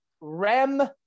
Rem